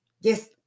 yes